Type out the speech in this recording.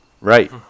Right